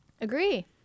Agree